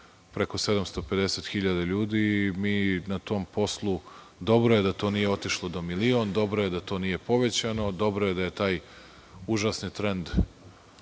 preko 750.000 ljudi. Dobro je da to nije otišlo do milion, dobro je da to nije povećano. Dobro je da je taj užasni trend